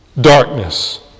darkness